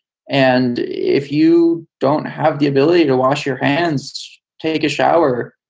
and if you don't have the ability to wash your hands, take a shower,